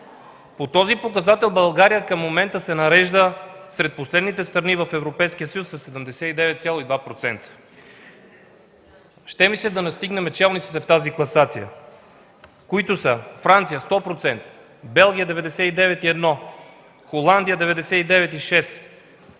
По този показател България към момента се нарежда сред последните страни в Европейския съюз със 79,2%. Ще ми се да настигнем челниците в тази класация, които са: Франция – 100%, Белгия – 99,1%, Холандия – 99,6%,